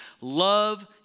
Love